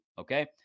okay